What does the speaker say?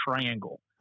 triangle